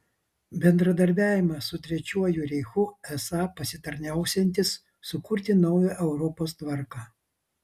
bendradarbiavimas su trečiuoju reichu esą pasitarnausiantis sukurti naują europos tvarką